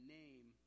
name